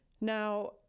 Now